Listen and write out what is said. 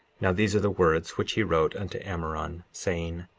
now these are the words which he wrote unto ammoron, saying